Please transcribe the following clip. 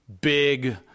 Big